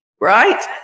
right